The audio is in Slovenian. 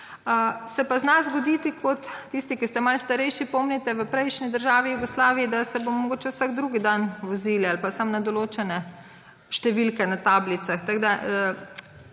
se pa zna zgoditi kot − tisti, ki ste malce starejši, pomnite − v prejšnji državi Jugoslaviji, da se bomo mogoče vsak drugi dan vozili ali pa samo na določene številke na tablicah.